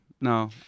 No